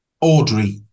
Audrey